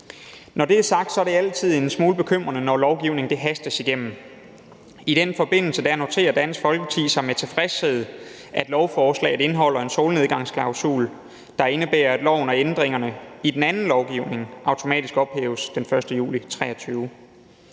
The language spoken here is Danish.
Når det er sagt, er det altid en smule bekymrende, når lovgivning hastes igennem. I den forbindelse noterer Dansk Folkeparti sig med tilfredshed, at lovforslaget indeholder en solnedgangsklausul, der indebærer, at loven og ændringerne i den anden lovgivning automatisk ophæves den 1. juli 2023.